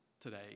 today